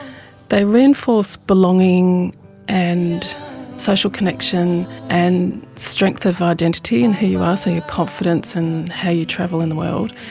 they reinforce belonging and social connection and strength of identity and who you are, ah so your confidence and how you travel in the world,